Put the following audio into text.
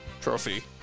Trophy